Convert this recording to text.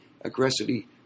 aggressively